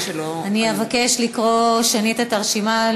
אבקש לקרוא שנית את הרשימה,